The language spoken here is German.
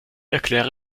erkläre